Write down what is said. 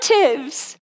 relatives